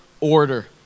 order